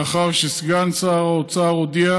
לאחר שסגן שר האוצר הודיע